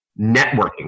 networking